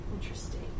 Interesting